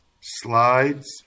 slides